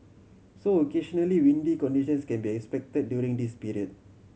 so occasionally windy conditions can be expected during this period